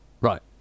Right